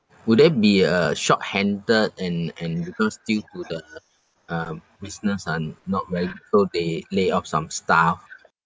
would they be uh short handed and and because due to the um business uh not very good they lay off some staff